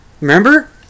Remember